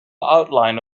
outline